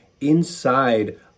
inside